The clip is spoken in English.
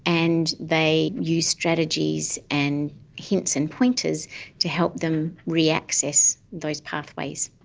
and they use strategies and hints and pointers to help them re-access those pathways.